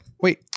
Wait